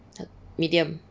hel~ medium